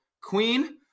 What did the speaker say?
Queen